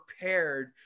prepared